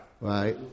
Right